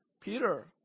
Peter